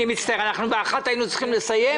אני מצטער, בשעה 1 היינו צריכים לסיים.